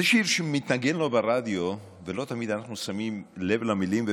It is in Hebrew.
זה שיר שמתנגן לו ברדיו ולא תמיד אנחנו שמים לב למילים.